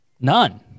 None